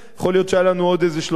יכול להיות שהיה לנו עוד איזה 30,